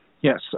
Yes